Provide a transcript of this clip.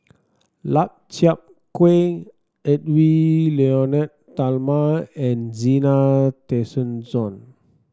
Lau Chiap Khai Edwy Lyonet Talma and Zena Tessensohn